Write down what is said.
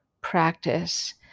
practice